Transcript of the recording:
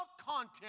content